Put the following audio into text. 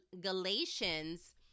Galatians